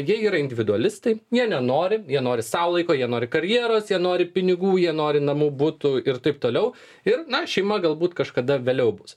jie yra individualistai jie nenori jie nori sau laiko jie nori karjeros jie nori pinigų jie nori namų butų ir taip toliau ir na šeima galbūt kažkada vėliau bus